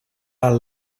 are